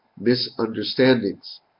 misunderstandings